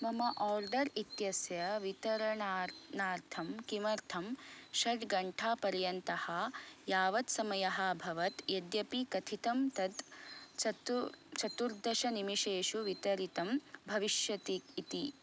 मम ओर्डर् इत्यस्य वितरणाणार्थं किमर्थं षड्घण्टापर्यन्तः यावत् समयः अभवत् यद्यपि कथितं तत् चतु चतुर्दश निमेशेषु वितरितं भविष्यति इति